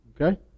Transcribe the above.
Okay